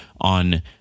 on